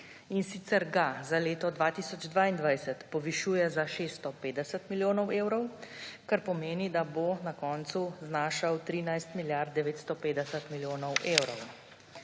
in sicer ga za leto 2022 povišuje za 650 milijonov evrov, kar pomeni, da bo na koncu znašal 13 milijard 950 milijonov evrov,